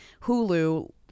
hulu